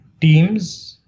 teams